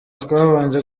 twabanje